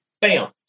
Bam